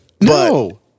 No